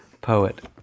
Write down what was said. poet